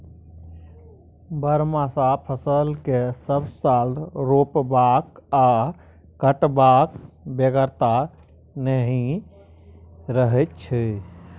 बरहमासा फसल केँ सब साल रोपबाक आ कटबाक बेगरता नहि रहै छै